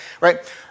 right